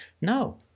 no